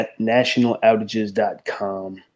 nationaloutages.com